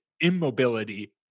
immobility